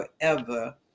forever